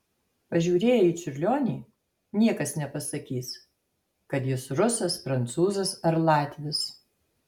pažiūrėję į čiurlionį niekas nepasakys kad jis rusas prancūzas ar latvis